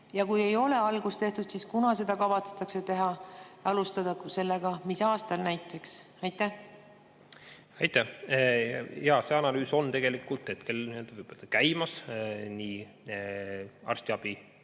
Ja kui ei ole algust tehtud, siis kunas seda kavatsetakse teha, alustada sellega, mis aastal näiteks? Aitäh! Jaa, see analüüs on hetkel käimas nii arstiabi